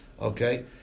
okay